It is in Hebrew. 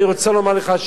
אני רוצה לומר לך,